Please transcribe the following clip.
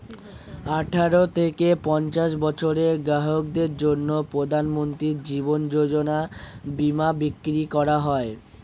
আঠারো থেকে পঞ্চাশ বছরের গ্রাহকদের জন্য প্রধানমন্ত্রী জীবন যোজনা বীমা বিক্রি করা হয়